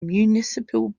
municipal